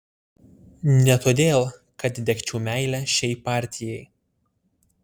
ne todėl kad degčiau meile šiai partijai